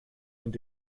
und